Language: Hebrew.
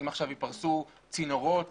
אם עכשיו ייפרסו צינורות